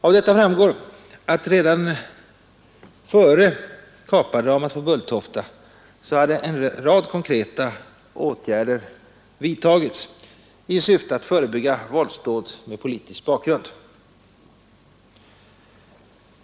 Av det anförda framgår att redan före kapardramat på Bulltofta en rad konkreta åtgärder hade vidtagits i syfte att förebygga våldsdåd med politisk bakgrund.